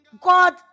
God